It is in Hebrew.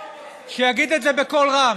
בסדר, שיגיד את זה בקול רם.